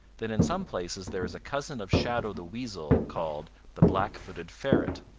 then in some places there is a cousin of shadow the weasel called the black-footed ferret.